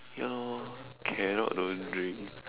ya lor cannot don't drink